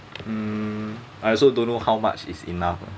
mm I also don't know how much is enough lah